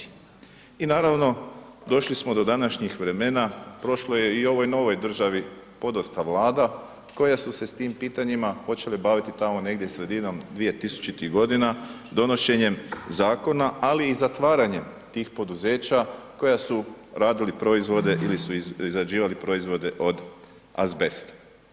I naravno došli smo do današnjih vremena, prošlo je i u ovoj novoj državi podosta Vlada koja su se s tim pitanjima počeli baviti negdje sredinom 2000.g. donošenjem zakona, ali i zatvaranjem tih poduzeća koji su radili proizvode ili su izrađivali proizvode od azbesta.